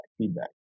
feedback